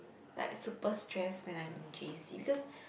like super stress when I'm in J_C because